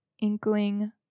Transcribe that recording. inkling